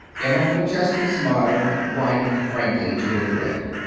emma mcchesney's smile widened frankly to a grin.